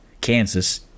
Kansas